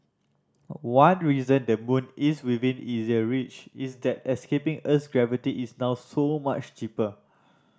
one reason the moon is within easier reach is that escaping Earth's gravity is now so much cheaper